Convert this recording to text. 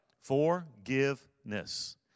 Forgiveness